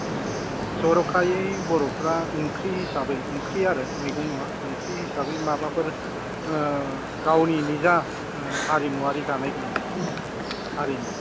जर'खायै बर'फ्रा ओंख्रि हिसाबै ओंख्रि आरो मैगं नङा ओंख्रि हिसाबै माबाफोर गावनि निजा हारिमुआरि जानाय दं नामा हारिनि